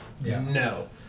no